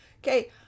Okay